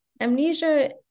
Amnesia